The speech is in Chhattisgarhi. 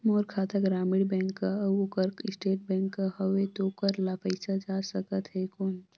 मोर खाता ग्रामीण बैंक कर अउ ओकर स्टेट बैंक कर हावेय तो ओकर ला पइसा जा सकत हे कौन?